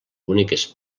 boniques